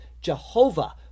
Jehovah